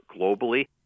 globally